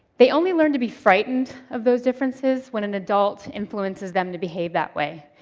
they only learn to be frightened of those differences when an adult influences them to behave that way,